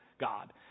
God